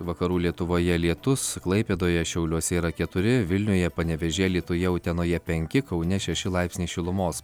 vakarų lietuvoje lietus klaipėdoje šiauliuose yra keturi vilniuje panevėžyje alytuje utenoje penki kaune šeši laipsniai šilumos